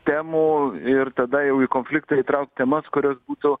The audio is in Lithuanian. temų ir tada jau į konfliktą įtraukt temas kurios būtų